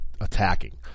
attacking